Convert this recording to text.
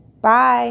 Bye